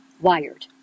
Wired